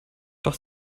doch